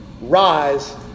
rise